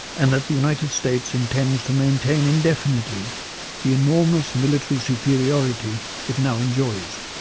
and that the united states intends to maintain indefinitely the enormous military superiority it now enjoys.